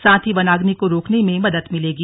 साथ ही वनाग्नि को रोकने में मदद मिलेगी